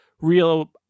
real